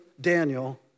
Daniel